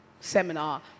seminar